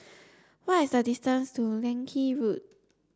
what is the distance to Leng Kee Road